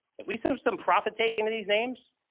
if we still have some profit taking these names,